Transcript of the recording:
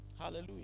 Hallelujah